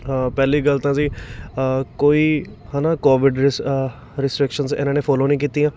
ਪਹਿਲੀ ਗੱਲ ਤਾਂ ਜੀ ਕੋਈ ਹੈ ਨਾ ਕੋਵਿਡ ਰਿਸ ਰਿਸਟ੍ਰਿਕਸ਼ਨ ਇਹਨਾਂ ਨੇ ਫੋਲੋ ਨਹੀਂ ਕੀਤੀਆਂ